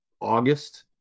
August